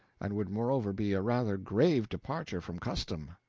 and would moreover be a rather grave departure from custom,